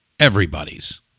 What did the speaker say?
everybody's